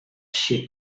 she